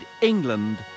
England